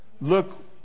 Look